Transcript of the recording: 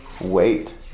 wait